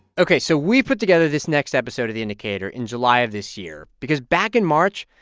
ok, so we put together this next episode of the indicator in july of this year because back in march,